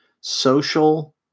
social